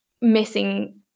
missing